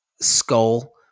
skull